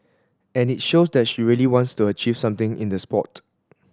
and it shows that she really wants to achieve something in the sport